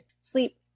sleep